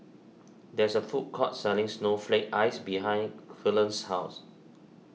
there is a food court selling Snowflake Ice behind Cullen's house